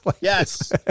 Yes